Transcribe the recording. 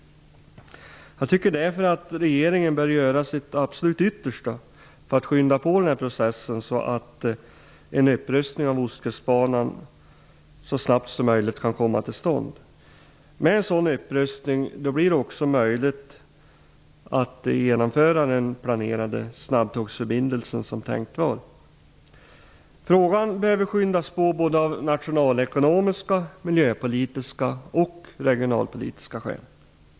Jag tycker därför att regeringen bör göra sitt absolut yttersta för att skynda på den här processen, så att en upprustning av Ostkustbanan kan komma till stånd så snabbt som möjligt. Med en sådan upprustning blir det också möjligt att genomföra den planerade snabbtågsförbindelsen som tänkt var. Frågan behöver skyndas på av såväl nationalekonomiska och miljöpolitiska som regionalpolitiska skäl.